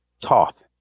Toth